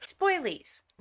Spoilies